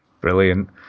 Brilliant